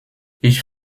ich